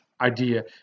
idea